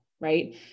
right